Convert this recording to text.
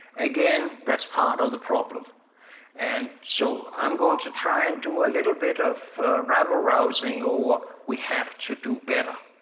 again, that's part of the problem and so i'm going to try and do a little bit of rabblerousing about we have to do better.